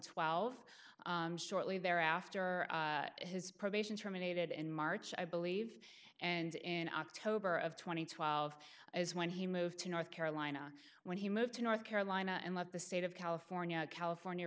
twelve shortly thereafter his probation terminated in march i believe and in october of two thousand and twelve is when he moved to north carolina when he moved to north carolina and left the state of california california